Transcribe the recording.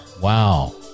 Wow